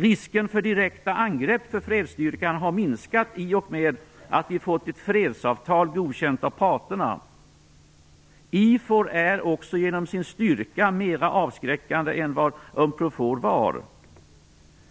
Risken för direkta angrepp på fredsstyrkan har minskat i och med att vi fått ett fredsavtal, godkänt av parterna. IFOR är också genom sin styrka mera avskräckande än vad Unprofor var.